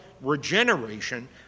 regeneration